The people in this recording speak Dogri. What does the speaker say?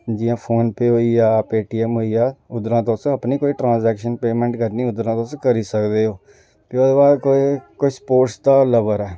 जियां फोन पे होइया पे टी एम होइया उधरां तुसें कोई अपनी ट्रांसएक्शन होइया पेमेंट करनी उधरां तुस करी सकदेओह्दे बाद कोई स्पोर्टस दा लवर ऐ